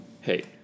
hey